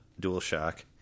DualShock